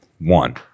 one